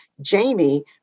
Jamie